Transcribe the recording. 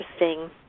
interesting